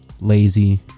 lazy